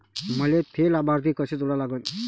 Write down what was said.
मले थे लाभार्थी कसे जोडा लागन?